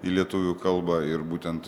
į lietuvių kalbą ir būtent